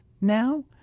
now